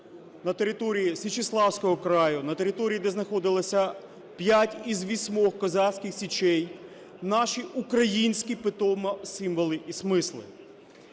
на території Січеславського краю, на території, де знаходилося 5 із 8 козацьких січей, наші українські питомо символи і смисли.